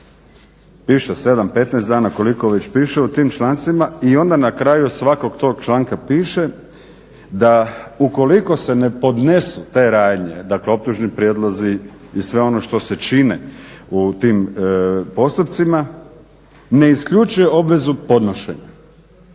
piše 7, 15 dana koliko već piše u tim člancima i onda na kraju svakog tog piše da ukoliko se ne podnesu te radnje, dakle optužni prijedlozi i sve ono što se čine u tim postupcima ne isključuje obvezu podnošenja.